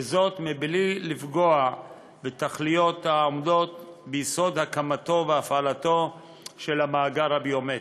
בלי לפגוע בתכליות העומדות ביסוד הקמתו והפעלתו של המאגר הביומטרי.